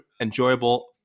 enjoyable